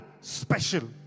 special